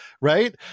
right